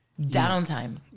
Downtime